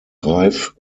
reif